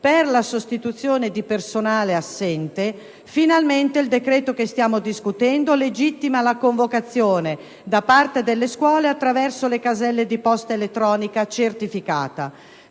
per la sostituzione di personale assente, finalmente il decreto che stiamo discutendo legittima la convocazione da parte delle scuole attraverso le caselle di posta elettronica certificata.